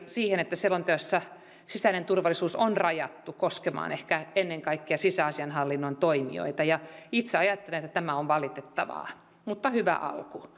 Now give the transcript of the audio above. siihen että selonteossa sisäinen turvallisuus on rajattu koskemaan ehkä ennen kaikkea sisäasiainhallinnon toimijoita itse ajattelen että tämä on valitettavaa mutta tämä on hyvä alku